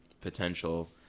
potential